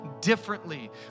differently